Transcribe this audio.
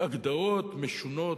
הגדרות משונות,